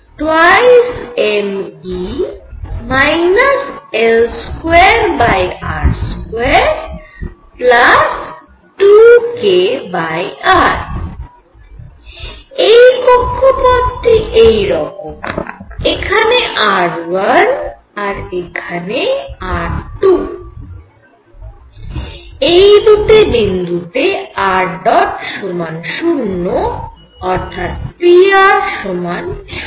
এই কক্ষপথটি এই রকম এখানে r1 আর এখানে r2 এই দুটি বিন্দুতে ṙ সমান শূন্য অর্থাৎ pr সমান 0